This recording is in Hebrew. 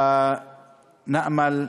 אנו מקווים